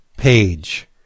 page